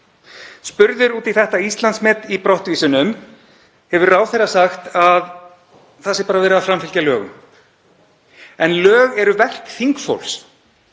Spurður út í þetta Íslandsmet í brottvísunum hefur ráðherra sagt að það sé bara verið að framfylgja lögum. En lög eru verk þingfólks.